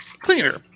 cleaner